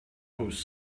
host